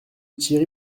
thierry